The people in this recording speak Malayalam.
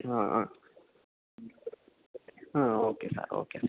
ആ ആ ആ ഓക്കെ സാർ ഓക്കെ സാർ